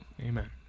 Amen